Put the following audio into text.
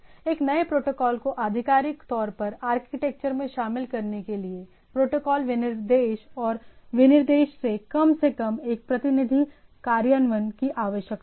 एक नए प्रोटोकॉल को आधिकारिक तौर पर आर्किटेक्चर में शामिल करने के लिए प्रोटोकॉल विनिर्देश और विनिर्देश के कम से कम एक प्रतिनिधि कार्यान्वयन की आवश्यकता है